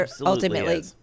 ultimately